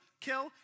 kill